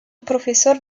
profesor